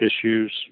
issues